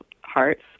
hearts